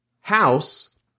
house